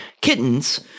kittens